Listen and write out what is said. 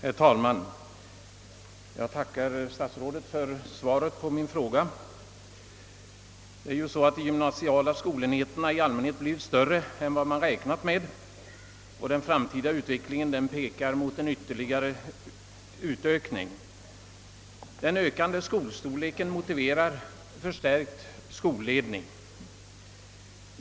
Herr talman! Jag tackar statsrådet för svaret på min fråga. De gymnasiala skolenheterna har ju i allmänhet blivit större än vad man räknat med, och utvecklingen pekar mot en ytterligare utökning. Den ökande skolstorleken motiverar en förstärkt skolledning.